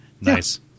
Nice